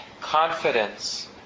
confidence